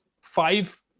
five